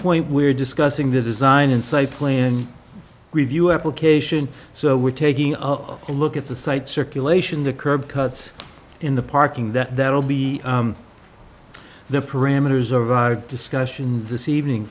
point we're discussing the design inside plan review application so we're taking a look at the site circulation the curb cuts in the parking that that will be the parameters are valid discussion this evening